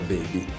Baby